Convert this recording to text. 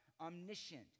omniscient